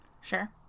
Sure